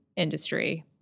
industry